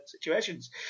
situations